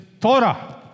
Torah